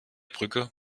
brücke